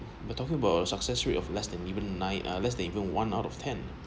but talking about success rate of less than even nine uh less than even one out of ten